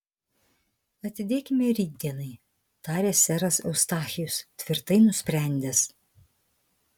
atidėkime rytdienai tarė seras eustachijus tvirtai nusprendęs